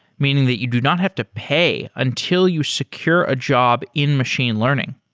meaning that you do not have to pay until you secure a job in machine learning.